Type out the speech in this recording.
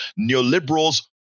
Neoliberals